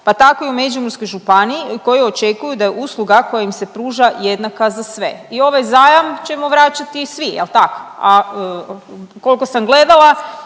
pa tako i u Međimurskoj županiji koju očekuju da je usluga koja im se pruža jednaka za sve. I ovaj zajam ćemo vraćati svi, je l' tak? A, koliko sam gledala